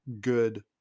good